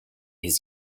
his